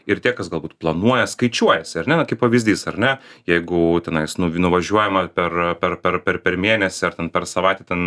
ir tie kas galbūt planuoja skaičiuojasi ar ne kaip pavyzdys ar ne jeigu tenais nuvi nuvažiuojama per per per per per mėnesį ar ten per savaitę na